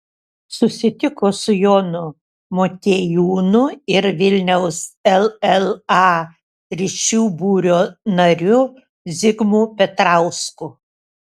susitiko su jonu motiejūnu ir vilniaus lla ryšių būrio nariu zigmu petrausku